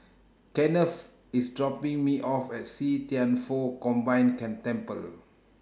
Kennth IS dropping Me off At See Thian Foh Combined Tan Temple